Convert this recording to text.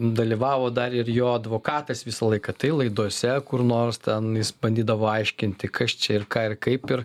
dalyvavo dar ir jo advokatas visą laiką tai laidose kur nors ten jis bandydavo aiškinti kas čia ir ką ir kaip ir